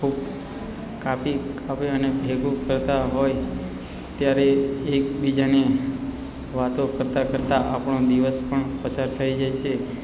ખૂબ કાપી કાપી અને ભેગું કરતાં હોય ત્યારે એકબીજાને વાતો કરતાં કરતાં આપણો દિવસ પણ પસાર થઈ જાય છે